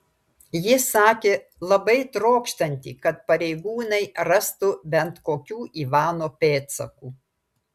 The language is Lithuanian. ji sakė labai trokštanti kad pareigūnai rastų bent kokių ivano pėdsakų